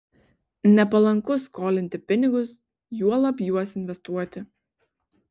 nepalanku skolinti pinigus juolab juos investuoti